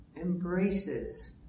embraces